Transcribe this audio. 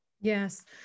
Yes